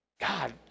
God